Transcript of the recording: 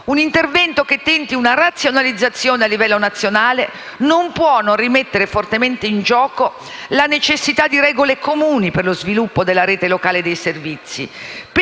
Un intervento che tenti una razionalizzazione a livello nazionale non può non rimettere fortemente in gioco la necessità di regole comuni per lo sviluppo della rete locale dei servizi,